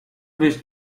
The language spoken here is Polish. wyjść